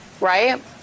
right